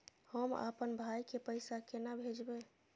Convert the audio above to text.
हम आपन भाई के पैसा केना भेजबे?